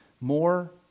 more